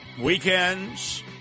Weekends